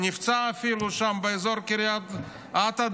אפילו נפצע שם באזור קריית אתא,